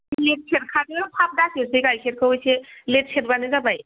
late सेरखादो थाब दा सेरसै गाइखेरखौ इसे लेत सेरबानो जाबाय